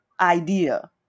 idea